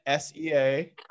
SEA